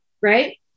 right